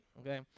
okay